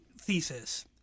thesis